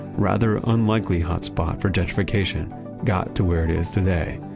rather unlikely hotspot for gentrification got to where it is today.